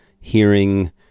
hearing